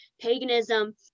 paganism